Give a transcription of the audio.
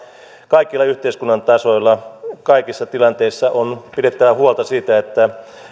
kaikilla yhteiskunnan tasoilla kaikissa tilanteissa on pidettävä huolta siitä että